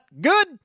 good